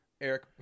Eric